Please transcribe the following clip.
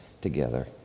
together